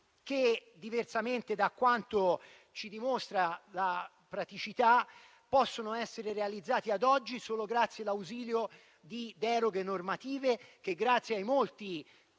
che, diversamente da quanto ci dimostra la praticità, ad oggi possono essere realizzati solo grazie all'ausilio di deroghe normative, grazie ai molti